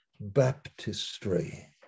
baptistry